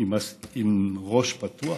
עם ראש פתוח